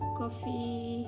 coffee